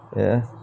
ya